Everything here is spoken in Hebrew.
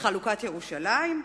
לחלוקת ירושלים?